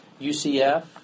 UCF